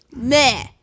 Meh